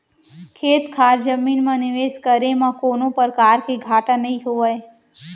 खेत खार जमीन म निवेस करे म कोनों परकार के घाटा नइ होवय